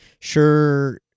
sure